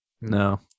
No